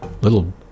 little